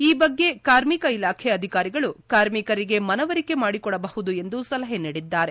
ಈ ಬಗ್ಗೆ ಕಾರ್ಮಿಕ ಇಲಾಖೆ ಅಧಿಕಾರಿಗಳು ಕಾರ್ಮಿಕರಿಗೆ ಮನವರಿಕೆ ಮಾಡಿಕೊಡಬಹುದು ಎಂದು ಸಲಹೆ ನೀಡಿದ್ದಾರೆ